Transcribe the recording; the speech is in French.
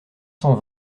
cent